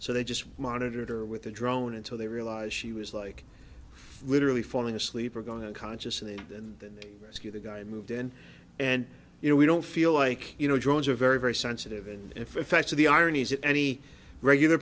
so they just monitor with the drone until they realize she was like literally falling asleep or going conscious and then and then the rescue the guy moved in and you know we don't feel like you know drones are very very sensitive and if effects of the ironies that any regular